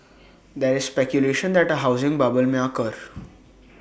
there is speculation that A housing bubble may occur